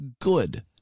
good